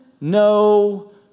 no